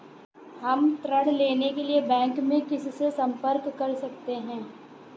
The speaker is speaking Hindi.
हम ऋण के लिए बैंक में किससे संपर्क कर सकते हैं?